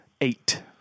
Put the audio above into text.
eight